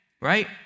Right